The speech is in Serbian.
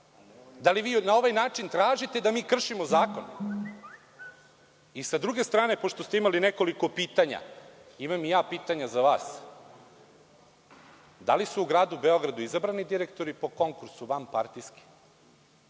Da li vi na ovaj način tražite da mi kršimo zakon? Sa druge strane, pošto ste imali nekoliko pitanja, imam i ja pitanja za vas. Da li su u Gradu Beogradu izabrani direktori po konkursu vanpartijski?